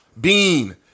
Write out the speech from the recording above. Bean